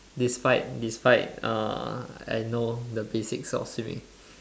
despite despite uh I know the basics of swimming